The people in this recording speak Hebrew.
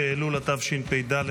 באלול התשפ"ד,